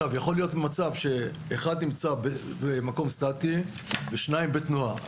יכול להיות מצב שאחד נמצא במקום סטטי והשני בתנועה.